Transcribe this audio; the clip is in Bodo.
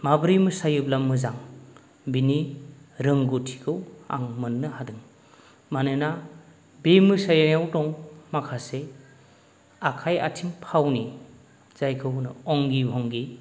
माबोरै मोसायोब्ला मोजां बेनि रोंगौथिखौ आं मोननो हादों मानोना बे मोसानायाव दं माखासे आखाय आथिं फावनि जायखौ होनो अंगि भंगि